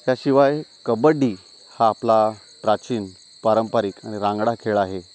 त्याशिवाय कबड्डी हा आपला प्राचीन पारंपरिक आणि रांगडा खेळ आहे